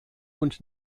und